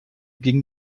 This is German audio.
ging